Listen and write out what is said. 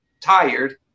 tired